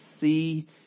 see